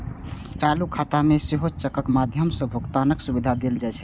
चालू खाता मे सेहो चेकक माध्यम सं भुगतानक सुविधा देल जाइ छै